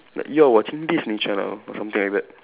like you are watching Disney channel or something like that